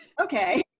okay